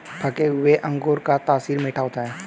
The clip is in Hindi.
पके हुए अंगूर का तासीर मीठा होता है